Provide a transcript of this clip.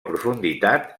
profunditat